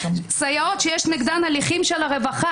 סייעות שיש נגדן הליכים של הרווחה,